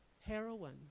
heroin